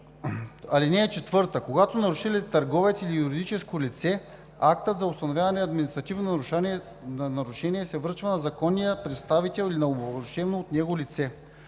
алинеи: „(4) Когато нарушителят е търговец или юридическо лице, актът за установяване на административното нарушение се връчва на законния представител или на упълномощено от него лице.